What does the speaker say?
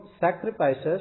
sacrifices